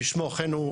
כשמו כן הוא,